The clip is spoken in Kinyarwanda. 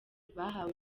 bahawe